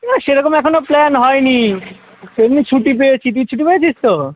না সেরকম এখনও প্ল্যান হয় নি এমনি ছুটি পেয়েছি তুই ছুটি পেয়েছিস তো